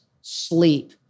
sleep